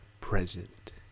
present